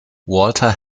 walter